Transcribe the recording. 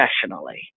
professionally